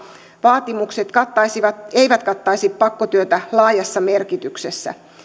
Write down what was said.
vaatimukset eivät kattaisi pakkotyötä laajassa merkityksessä